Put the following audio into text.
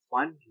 one